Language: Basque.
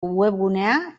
webgunea